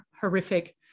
horrific